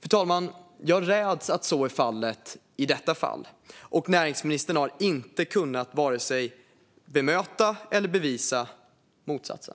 Fru talman! Jag räds att det är så i detta fall, och näringsministern har inte kunnat vare sig bemöta det eller bevisa motsatsen.